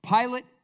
Pilate